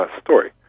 story